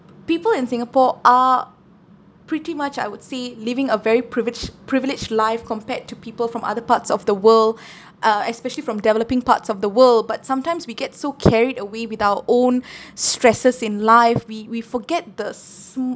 people in singapore are pretty much I would say living a very priveged privileged life compared to people from other parts of the world uh especially from developing parts of the world but sometimes we get so carried away with our own stresses in life we we forget the sm~